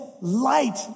light